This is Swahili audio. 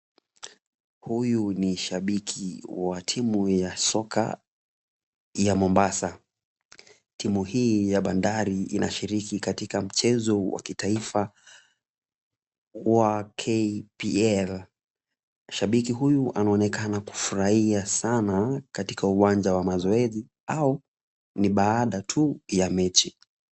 Huyu ni shabiki wa timu ya soka ya Mombasa. Timu hii ya bandari inashiriki katika mchezo wa kitaifa wa KPL.Shabiki huyu anaonekana kufurahia saana katika uwanja wa mazoezi au ni baada tu ya mechi.